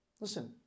Listen